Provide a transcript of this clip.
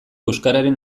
euskararen